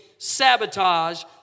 sabotage